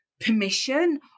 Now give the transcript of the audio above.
permission